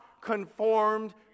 conformed